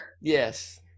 Yes